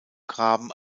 graben